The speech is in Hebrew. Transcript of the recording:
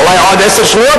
ואולי תהיה בעוד עשר שניות,